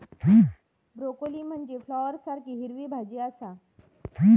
broccoli म्हनजे फ्लॉवरसारखी हिरवी भाजी आसा